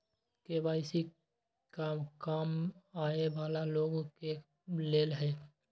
KYC का कम कमाये वाला लोग के लेल है?